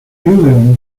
julian